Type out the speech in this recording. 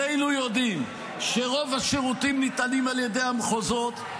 שנינו יודעים שרוב השירותים ניתנים על ידי המחוזות,